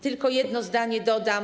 Tylko jedno zdanie dodam.